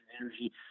energy